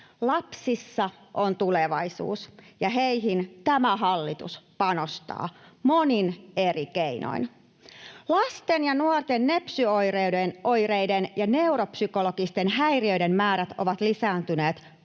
Lapsissa on tulevaisuus, ja heihin tämä hallitus panostaa monin eri keinoin. Lasten ja nuorten nepsy-oireiden ja neuropsykologisten häiriöiden määrät ovat lisääntyneet